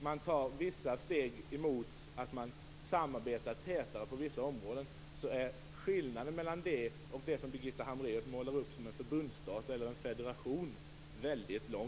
Även om vissa steg tas mot ett tätare samarbete på vissa områden är skillnaden stor mellan å ena sidan detta och å andra sidan den bild som Birgitta Hambraeus målar upp av ett statsförbund, en federation.